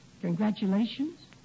Congratulations